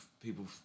people